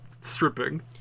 stripping